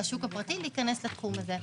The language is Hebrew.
לשוק הפרטי להיכנס לתחום הזה.